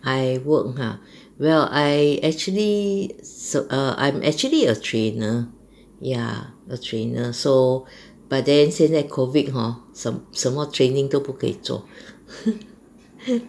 I work !huh! well I actually so um I'm actually a trainer ya a trainer so but then 现在 COVID hor 什什么 training 都不可以做